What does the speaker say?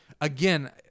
Again